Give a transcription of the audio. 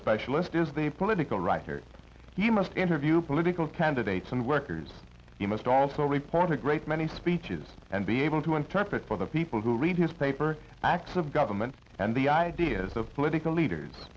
specialist is a political writer he must interview political candidates and workers he must also reported a great many speeches and be able to interpret for the people who read his paper acts of government and the ideas of political leaders